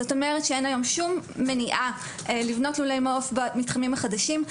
זאת אומרת שאין מניעה לבנות לולי מעוף במתחמים החדשים.